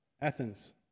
Athens